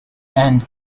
and